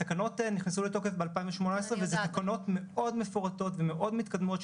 התקנות נכנסו לתוקף ב-2018 וזה תקנות מאוד מפורטות ומאוד מתקדמות,